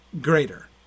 Greater